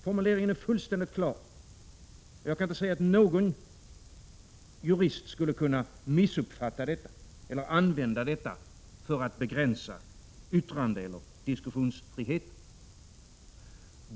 Formuleringen är fullständigt klar, och jag kan inte se att någon jurist skulle kunna missuppfatta detta eller använda detta för att begränsa yttrandeeller diskussionsfriheten.